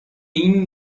این